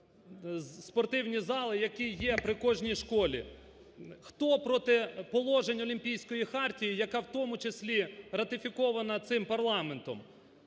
Хто проти положень Олімпійської хартії, яка в тому числі ратифікована цим парламентом?